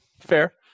Fair